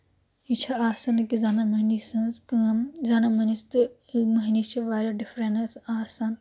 یہِ چھِ آسان کہِ زَنان مۄہنیو سٕنٛز کٲم زَنان مۄہنیو یُس تہٕ مۄہنِس چھِ واریاہ ڈِفرَنٕس آسان